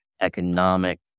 economic